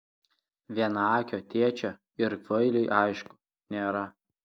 vienaakio tėčio ir kvailiui aišku nėra